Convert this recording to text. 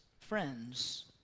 friends